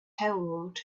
held